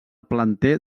planter